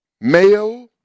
male